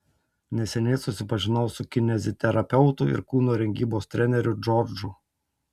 neseniai susipažinau su kineziterapeutu ir kūno rengybos treneriu džordžu